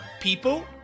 People